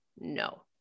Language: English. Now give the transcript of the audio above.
no